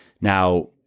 Now